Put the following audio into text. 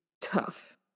tough